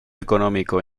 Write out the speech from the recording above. económico